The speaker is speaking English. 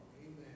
Amen